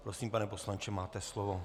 Prosím, pane poslanče, máte slovo.